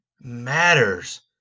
matters